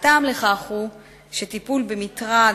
הטעם לכך הוא שטיפול במטרד,